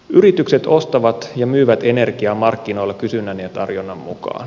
yritykset ostavat ja myyvät energiaa markkinoilla kysynnän ja tarjonnan mukaan